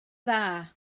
dda